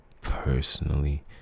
personally